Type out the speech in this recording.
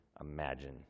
imagine